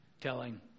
telling